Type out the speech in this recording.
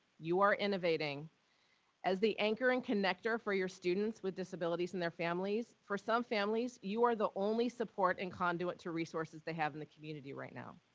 you are innovating as the anchor and connector for your students with disabilities and their families. for some families, you are the only support and conduit to resources they have in the community right now.